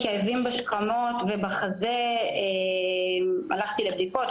כאבים בשכמות ובחזה הלכתי לבדיקות,